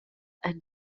ein